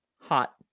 hot